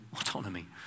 autonomy